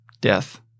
Death